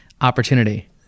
Opportunity